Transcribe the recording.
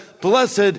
blessed